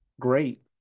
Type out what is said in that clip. great